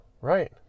Right